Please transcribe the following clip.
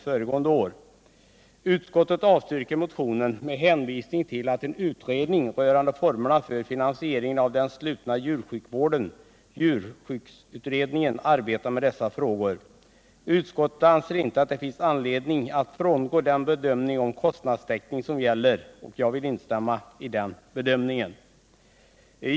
föregående år. Utskottet avstyrker motionen med hänvisning till att en utredning rörande formerna för finansieringen av den slutna djursjukvården, djursjukhusutredningen, arbetar med dessa frågor. Utskottet anser inte att det finns anledning att frångå den bedömning av kostnadstäckningen som gäller, och jag vill instämma i den bedömningen.